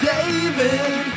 David